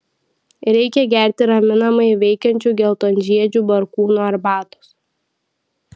reikia gerti raminamai veikiančių geltonžiedžių barkūnų arbatos